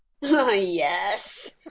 Yes